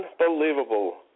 Unbelievable